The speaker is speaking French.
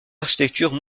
architecture